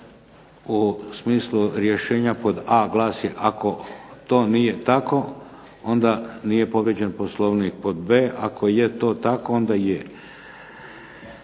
u smislu rješenja pod a, glasi, ako to nije tako onda nije povrijeđen Poslovnik. Pod b, ako je to tako onda je.